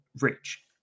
Rich